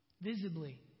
visibly